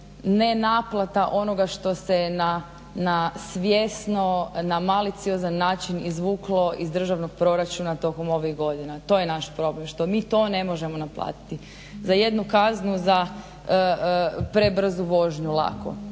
ne naplata onoga što se na svjesno, na maliciozan način izvuklo iz državnog proračuna tokom ovih godina, to je naš problem što mi to ne možemo naplatiti. Za jednu kaznu za prebrzu vožnju lako,